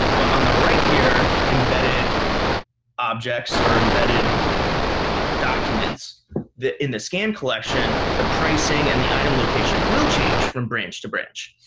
but on the right here, embedded objects or embedded documents in the scan collection, the pricing and the item location will change from branch to branch.